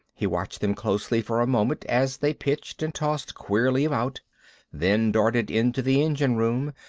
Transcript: he watched them closely for a moment as they pitched and tossed queerly about then darted into the engine-room,